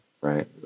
right